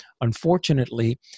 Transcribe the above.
unfortunately